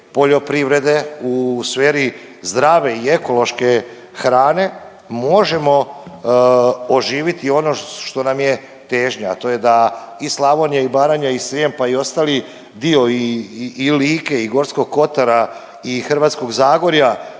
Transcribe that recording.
poljoprivrede, u sferi zdrave i ekološke hrane, možemo oživiti ono što nam je težnja, a to je da i Slavonija i Baranja i Srijem pa i ostali dio i, i Like i Gorskog Kotara i hrvatskog Zagorja